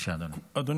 בבקשה, אדוני.